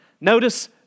Notice